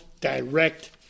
direct